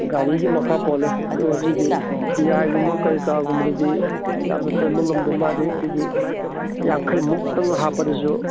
ꯒꯥꯔꯤꯒꯤ ꯃꯈꯥ ꯄꯣꯜꯂꯦ ꯑꯗꯣ ꯁꯤꯒꯤ ꯗꯤ ꯑꯥꯏꯒꯨꯝꯕ ꯀꯩꯀꯥꯒꯨꯝꯕꯗꯗꯤ ꯌꯥꯝꯅ ꯆꯟꯕ ꯉꯝꯗꯦ ꯃꯥꯗꯤ ꯁꯤꯒꯤ ꯌꯥꯡꯈꯩꯃꯨꯛꯇꯪ ꯍꯥꯞꯄꯗꯁꯨ